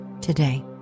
today